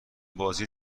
بازی